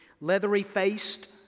leathery-faced